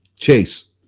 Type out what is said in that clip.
Chase